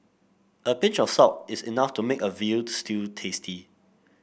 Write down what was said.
a pinch of salt is enough to make a veal stew tasty